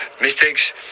mistakes